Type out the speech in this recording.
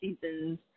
seasons